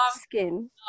skin